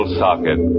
socket